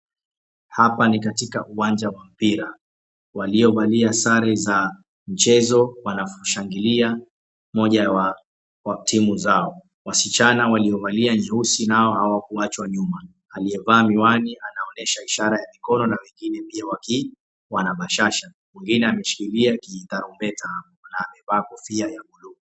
Hapa ni katika uwanja wa mpira. Waliovalia sare za mchezo wanashangilia mmoja wa timu zao. Wasichana waliovalia nyeusi nao hawakuachwa nyuma , aliyevaa miwani anaonyesha ishara ya mikono na wengine pia wakiwa na bashasha, mwengine ameshikilia kijitarumbeta hapo na amevaa kofia ya blu.